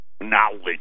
knowledge